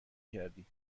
کردی